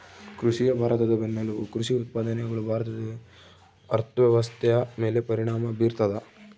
ಕೃಷಿಯೇ ಭಾರತದ ಬೆನ್ನೆಲುಬು ಕೃಷಿ ಉತ್ಪಾದನೆಗಳು ಭಾರತದ ಅರ್ಥವ್ಯವಸ್ಥೆಯ ಮೇಲೆ ಪರಿಣಾಮ ಬೀರ್ತದ